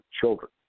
children